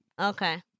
Okay